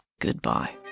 goodbye